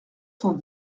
cent